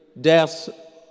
death